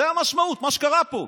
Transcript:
זאת המשמעות של מה שקרה פה.